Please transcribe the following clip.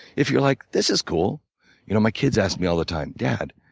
if you're like this is cool you know, my kids ask me all the time, dad,